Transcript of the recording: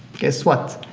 guess what?